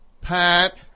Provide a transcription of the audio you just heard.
Pat